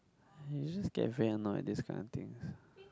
I just get very annoyed this kind of things